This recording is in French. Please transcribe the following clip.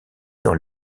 dans